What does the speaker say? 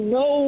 no